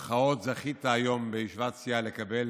"זכית" היום, במירכאות, בישיבת הסיעה לקבל